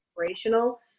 inspirational